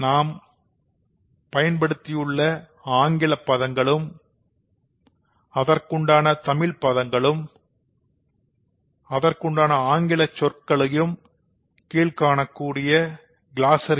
நன்றி